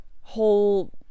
whole